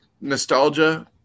nostalgia